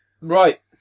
Right